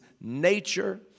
nature